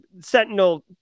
Sentinel